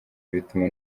bituma